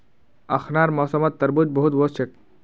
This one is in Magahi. अखनार मौसमत तरबूज बहुत वोस छेक